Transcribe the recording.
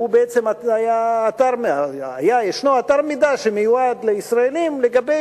שהוא בעצם היה והינו אתר מידע שמיועד לישראלים לגבי